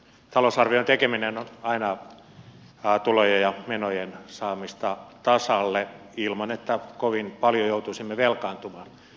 talousarvion tekeminen on aina tulojen ja menojen saamista tasalle ilman että kovin paljon joutuisimme velkaantumaan